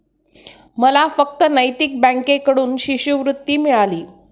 मला फक्त नैतिक बँकेकडून शिष्यवृत्ती मिळाली